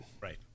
right